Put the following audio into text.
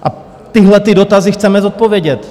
A tyhle dotazy chceme zodpovědět.